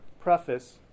preface